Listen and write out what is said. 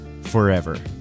forever